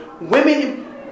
women